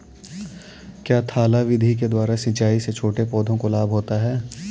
क्या थाला विधि के द्वारा सिंचाई से छोटे पौधों को लाभ होता है?